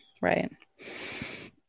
Right